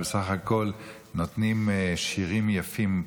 שבסך הכול נותנים שירים יפים,